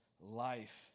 life